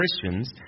Christians